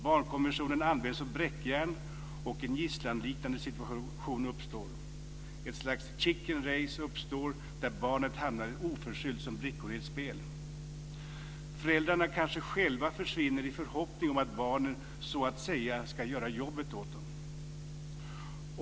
Barnkonventionen används som bräckjärn och en gisslanliknande situation uppstår. Ett slags chicken race uppstår där barnen oförskyllt hamnar som brickor i ett spel. Föräldrarna kanske själva försvinner i förhoppning om att barnen så att säga ska göra jobbet åt dem.